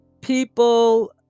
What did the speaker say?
people